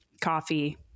coffee